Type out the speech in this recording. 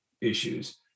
issues